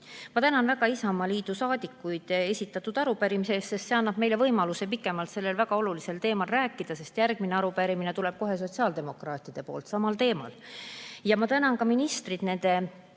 Ma tänan väga Isamaaliidu saadikuid esitatud arupärimise eest, sest see annab meile võimaluse pikemalt sellel väga olulisel teemal rääkida. Järgmine arupärimine tuleb kohe sotsiaaldemokraatidelt samal teemal. Ma tänan ka ministrit tema